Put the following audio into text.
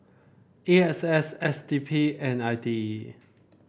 A X S S D P and I T E